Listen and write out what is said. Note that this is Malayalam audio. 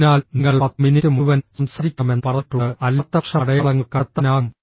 അതിനാൽ നിങ്ങൾ 10 മിനിറ്റ് മുഴുവൻ സംസാരിക്കണമെന്ന് പറഞ്ഞിട്ടുണ്ട് അല്ലാത്തപക്ഷം അടയാളങ്ങൾ കണ്ടെത്താനാകും